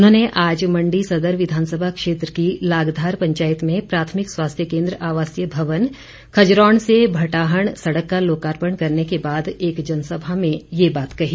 उन्होंने आज मंडी सदर विधानसभा क्षेत्र की लागधार पंचायत में प्राथमिक स्वास्थ्य केन्द्र आवासीय भवन खजरौण से भटाहण सड़क का लोकार्पण करने के बाद एक जनसभा में ये बात कही